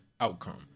outcome